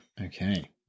Okay